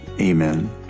Amen